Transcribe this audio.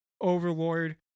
overlord